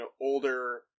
older